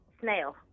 snail